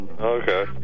Okay